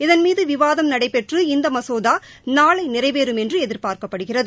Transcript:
இதன் மீது விவாதம் நடைபெற்று இந்த மசோதா நாளை நிறைவேறும் என்று எதிர்பார்க்கப்படுகிறது